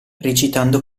recitando